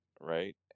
Right